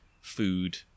food